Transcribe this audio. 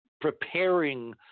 preparing